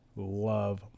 love